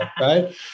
Right